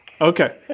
Okay